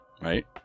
Right